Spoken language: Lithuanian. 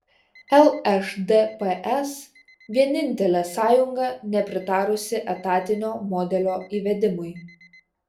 lšdps vienintelė sąjunga nepritarusi etatinio modelio įvedimui